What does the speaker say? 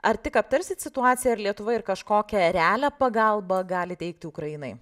ar tik aptarsit situaciją ar lietuva ir kažkokią realią pagalbą gali teikti ukrainai